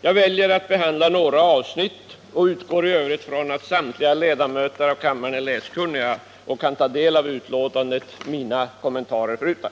Jag väljer att behandla några av avsnitten och utgår i övrigt från att samtliga ledamöter av kammaren är läskunniga och kan ta del av betänkandet mina kommentarer förutan.